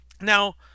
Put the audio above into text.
Now